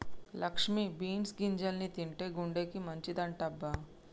Lakshmi beans గింజల్ని తింటే గుండెకి మంచిదంటబ్బ